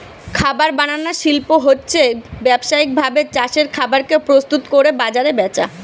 খাবার বানানার শিল্প হচ্ছে ব্যাবসায়িক ভাবে চাষের খাবার কে প্রস্তুত কোরে বাজারে বেচা